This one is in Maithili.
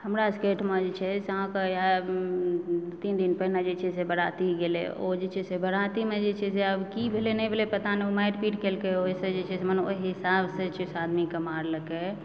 हमरा सबके ओहिठमा जे छै से अहाँकेँ तीन दिन पहिने जे छै से बाराती गेलै ओ जे छै से बारातीमे जे छै से आब की भेलै नहि भेलै पता नहि ओ मारि पीट केलकै ओइसँ जे छै से मने ओहि हिसाबसँ जे छै ओ आदमीके मारलकै